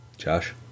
josh